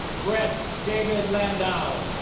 brett david landau